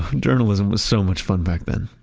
journalism was so much fun back then